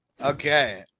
Okay